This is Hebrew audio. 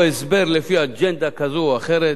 או הסבר לפי אג'נדה כזו או אחרת.